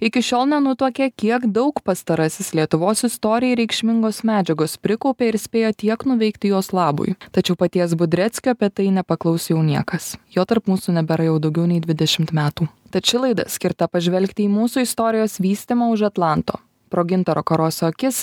iki šiol nenutuokė kiek daug pastarasis lietuvos istorijai reikšmingos medžiagos prikaupė ir spėjo tiek nuveikti jos labui tačiau paties budreckio apie tai nepaklaus jau niekas jo tarp mūsų nebėra jau daugiau nei dvidešimt metų tad ši laida skirta pažvelgti į mūsų istorijos vystymą už atlanto pro gintaro karoso akis